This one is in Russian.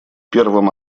первым